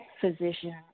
physician